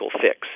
fix